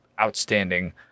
outstanding